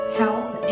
health